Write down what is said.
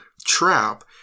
trap